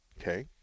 Okay